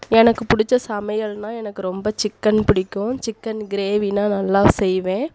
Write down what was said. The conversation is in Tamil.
ஆ எனக்கு பிடிச்ச சமையல்னா எனக்கு ரொம்ப சிக்கன் பிடிக்கும் சிக்கன் கிரேவினா நல்லா செய்வேன்